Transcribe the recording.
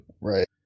right